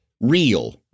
real